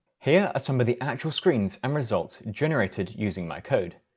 here are some of the actual screens and results generated using my code.